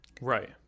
Right